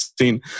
seen